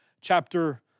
Chapter